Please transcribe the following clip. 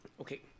Okay